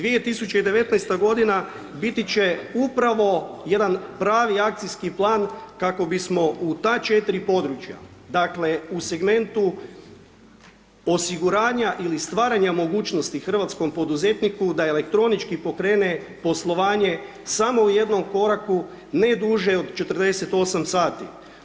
2019. godina biti će upravo jedan pravi akcijski plan kako bismo u ta 4 područja, dakle u segmentu osiguranja ili stvaranja mogućnosti hrvatskom poduzetniku da elektronički pokrene poslovanje samo u jednom koraku ne duže od 48 sati.